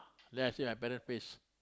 then I see my parent face